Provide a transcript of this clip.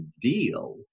deal